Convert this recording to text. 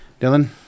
Dylan